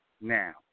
now